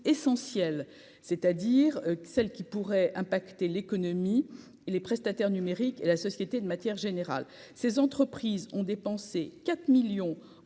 essentiel, c'est-à-dire celles qui pourrait impacter l'économie et les prestataires numérique et la société de matières générales, ces entreprises ont dépensé 4 millions